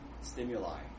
stimuli